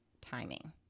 timing